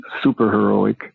superheroic